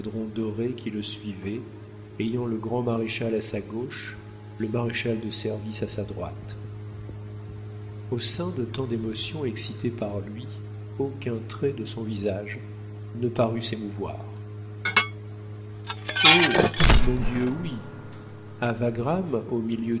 doré qui le suivait ayant le grand-maréchal à sa gauche le maréchal de service à sa droite au sein de tant d'émotions excitées par lui aucun trait de son visage ne parut s'émouvoir oh mon dieu oui a wagram au milieu